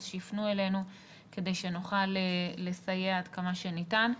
אז שיפנו אלינו כדי שנוכל לסייע עד כמה שניתן.